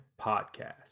podcast